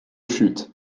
chute